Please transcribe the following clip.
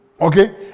Okay